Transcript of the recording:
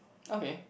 okay